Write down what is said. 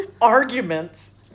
arguments